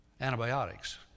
antibiotics